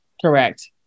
Correct